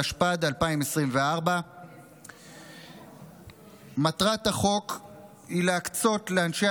התשפ"ד 2024. מטרת החוק היא להקצות לאנשי